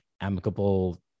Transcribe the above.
amicable